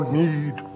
need